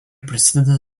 prasideda